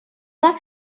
üle